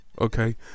okay